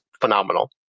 phenomenal